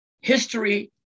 history